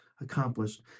accomplished